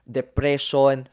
depression